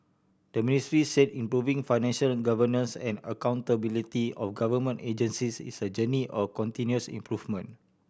the Ministry said improving financial governance and accountability of government agencies is a journey of continuous improvement